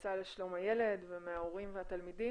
מהמועצה לשלום הילד ומההורים והתלמידים.